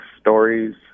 Stories